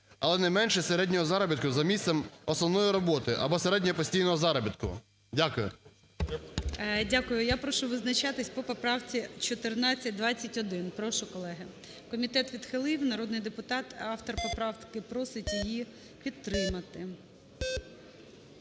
але не менше середнього заробітку за місцем основної роботи або середнього постійного заробітку". Дякую. ГОЛОВУЮЧИЙ. Дякую. Я прошу визначатись по поправці 1421. Прошу, колеги. Комітет відхилив. Народний депутат, автор поправки, просить її підтримати.